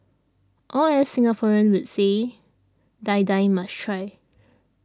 or as Singaporeans would say Die Die must try